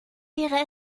wäre